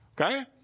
Okay